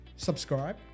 subscribe